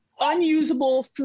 unusable